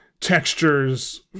textures